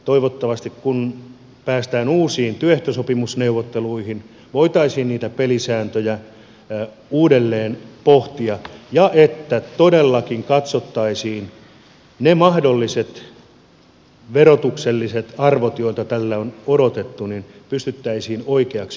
toivottavasti kun päästään uusiin työehtosopimusneuvotteluihin voitaisiin niitä pelisääntöjä uudelleen pohtia ja todellakin katsottaisiin ne mahdolliset verotukselliset arvot joita tälle on odotettu ja pystyttäisiin ne oikeaksi osoittamaan